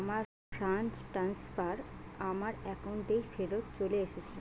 আমার fund transfer আমার অ্যাকাউন্টেই ফেরত চলে এসেছে